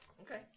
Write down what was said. Okay